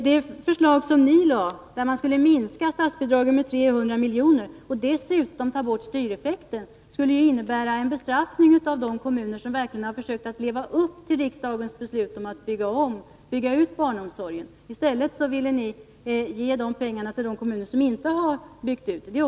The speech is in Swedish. Det förslag som ni lade fram, enligt vilket man skulle minska statsbidragen med 300 miljoner och dessutom ta bort styreffekten, skulle ju ha inneburit en bestraffning av de kommuner som försökt leva upp till riksdagens beslut om utbyggnad av barnomsorgen. I stället ville ni ge pengarna till de kommuner som inte har byggt ut daghemmen.